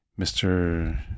Mr